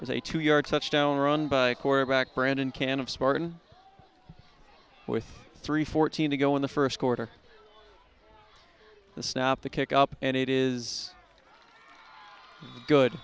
it was a two yard touchdown run by quarterback brandon can of spartan with three fourteen to go in the first quarter the snap the kick up and it is good